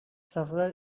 sufferer